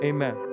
Amen